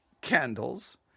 candles